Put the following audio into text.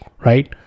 right